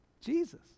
Jesus